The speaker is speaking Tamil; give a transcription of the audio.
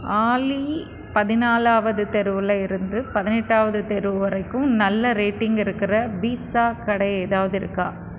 ஆலி பதினாலாவது தெருவில் இருந்து பதினெட்டாவது தெரு வரைக்கும் நல்ல ரேட்டிங் இருக்கிற பீட்ஸா கடை ஏதாவது இருக்கா